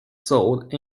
sold